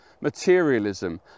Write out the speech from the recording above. materialism